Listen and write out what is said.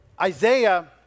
Isaiah